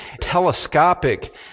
telescopic